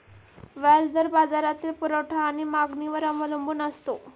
व्याज दर बाजारातील पुरवठा आणि मागणीवर अवलंबून असतो